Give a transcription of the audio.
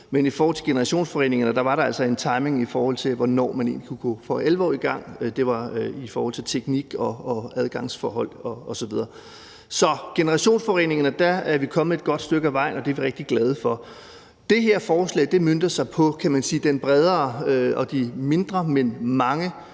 men i forhold til generationsforureningerne var der altså en timing, i forhold til hvornår man egentlig for alvor kunne gå i gang – det var i forhold til teknik og adgangsforhold osv. Så med hensyn til generationsforureningerne er vi kommet et godt stykke ad vejen, og det er vi rigtig glade for. Det her forslag er møntet på, kan man sige, de bredere og de mindre, men mange